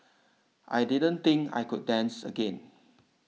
I didn't think I could dance again